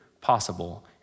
possible